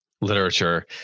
literature